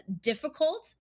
difficult